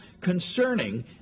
concerning